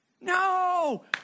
No